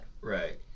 Right